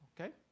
Okay